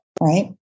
right